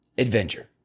adventure